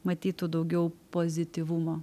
matytų daugiau pozityvumo